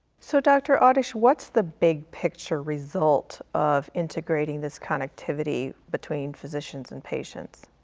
so dr. awdish, what's the big picture result of integrating this connectivity between physicians and patients?